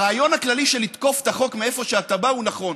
הרעיון הכללי של לתקוף את החוק מאיפה שאתה בא הוא נכון.